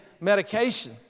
medication